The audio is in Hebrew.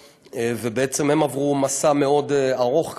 ובעצם הם עברו מסע מאוד ארוך,